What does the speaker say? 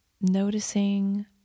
noticing